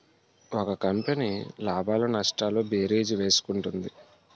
ఒక కంపెనీ లాభాలు నష్టాలు భేరీజు వేసుకుంటుంది